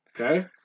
Okay